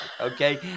Okay